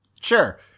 Sure